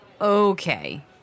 okay